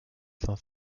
cinq